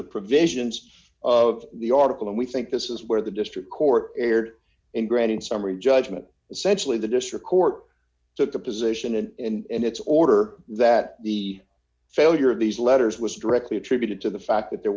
the provisions of the article and we think this is where the district court erred in granting summary judgment essentially the district court took the position and its order that the failure of these letters was directly attributed to the fact that there